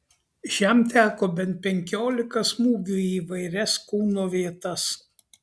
šiam teko bent penkiolika smūgių į įvairias kūno vietas